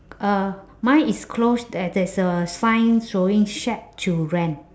uh mine is closed there there's a sign showing shack to rent